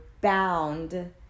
bound